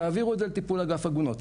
תעבירו את זה לטיפול אגף עגונות.